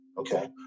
Okay